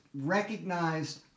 recognized